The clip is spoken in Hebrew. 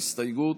ההסתייגות